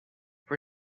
for